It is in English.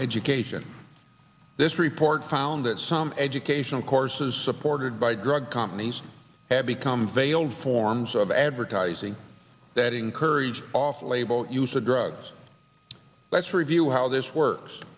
education this report found that some educational courses supported by drug companies have become veiled forms of advertising that encourage off label use of drugs let's review how this works